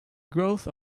growth